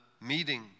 meeting